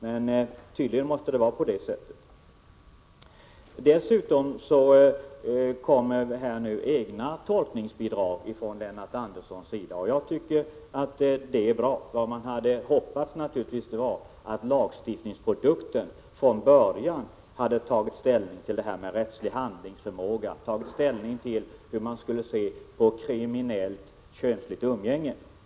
Men tydligen måste det vara på det sättet. Lennart Andersson kommer nu dessutom med egna tolkningsbidrag. Jag tycker att det är bra. Jag hade dock naturligtvis hoppats att denna lagstiftningsprodukt från början skulle ha tagit ställning till frågan om rättslig handlingsförmåga och hur man skall se på kriminellt könsligt umgänge.